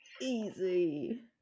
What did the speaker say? easy